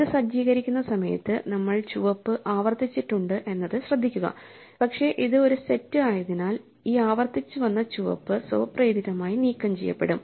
ഇത് സജ്ജീകരിക്കുന്ന സമയത്ത് നമ്മൾ ചുവപ്പ് ആവർത്തിച്ചിട്ടുണ്ട് എന്നത് ശ്രദ്ധിക്കുക പക്ഷേ ഇത് ഒരു സെറ്റ് ആയതിനാൽ ഈ ആവർത്തിച്ച് വന്ന ചുവപ്പ് സ്വപ്രേരിതമായി നീക്കംചെയ്യപ്പെടും